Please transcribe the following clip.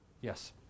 Yes